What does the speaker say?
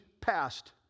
passed